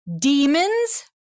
Demons